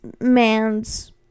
man's